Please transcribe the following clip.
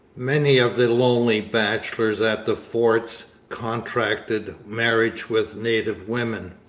many of the lonely bachelors at the forts contracted marriage with native women.